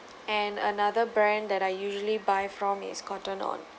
and another brand that I usually buy from is Cotton On